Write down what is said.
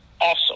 awesome